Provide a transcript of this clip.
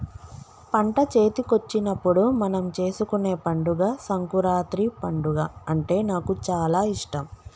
పంట చేతికొచ్చినప్పుడు మనం చేసుకునే పండుగ సంకురాత్రి పండుగ అంటే నాకు చాల ఇష్టం